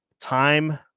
time